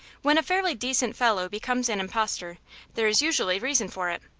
when a fairly decent fellow becomes an impostor there is usually reason for it,